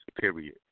Period